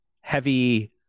heavy